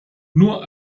nur